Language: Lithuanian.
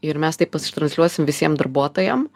ir mes tai pasitransliuosim visiem darbuotojam